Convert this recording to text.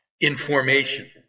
Information